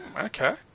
Okay